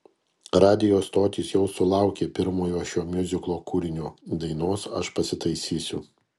radijo stotys jau sulaukė pirmojo šio miuziklo kūrinio dainos aš pasitaisysiu